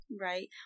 Right